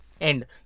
end